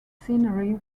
scenery